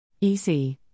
EC